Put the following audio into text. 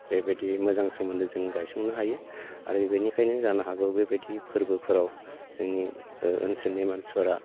बेबायदि मोजां सोमोनदो जों गायसननो हायो आरो बेनिखायनो जानो हागौ बेबायदि फोरबोफोराव जोंनि ओनसोलनि मानसिफोरा